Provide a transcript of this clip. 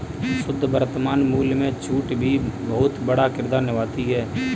शुद्ध वर्तमान मूल्य में छूट भी बहुत बड़ा किरदार निभाती है